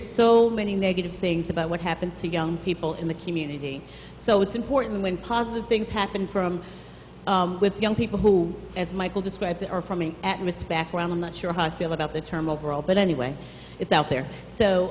so many negative things about what happens to young people in the community so it's important when positive things happen from with young people who as michael describes it are from me at risk background i'm not sure how i feel about the term overall but anyway it's out there so